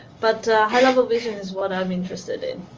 but higher level vision is what i'm interested in.